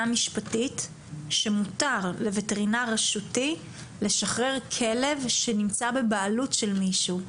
משפטית שמותר לווטרינר רשותי לשחרר כלב שנמצא בבעלות של מישהו?